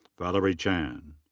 valerie chan.